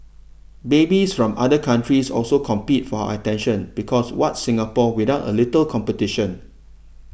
babies from other countries also compete for our attention because what's Singapore without a little competition